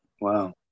Wow